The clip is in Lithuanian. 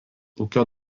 ūkio